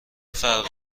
فرقی